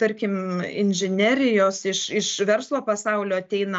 tarkim inžinerijos iš iš verslo pasaulio ateina